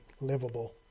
livable